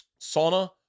sauna